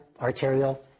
arterial